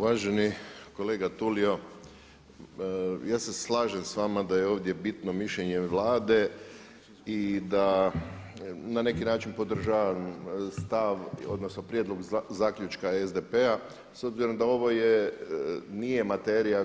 Uvaženi kolega Tulio, ja se slažem s vama da je ovdje bitno mišljenje Vlade i da na neki način podržavam stav, odnosno prijedlog zaključka SDP-a s obzirom da ovo je, nije materija